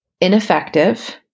ineffective